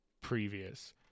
previous